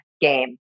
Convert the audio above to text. game